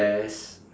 test